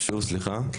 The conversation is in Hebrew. שוב סליחה.